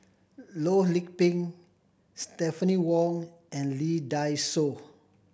Loh Lik Peng Stephanie Wong and Lee Dai Soh